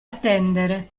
attendere